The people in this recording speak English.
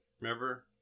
Remember